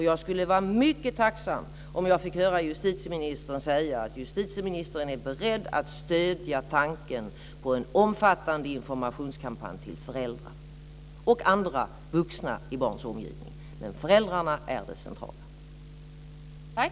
Jag skulle vara mycket tacksam om jag fick höra justitieministern säga att justitieministern är beredd att stödja tanken på en omfattande informationskampanj till föräldrar och andra vuxna i barns omgivning. Information till föräldrarna är det centrala här.